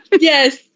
Yes